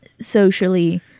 socially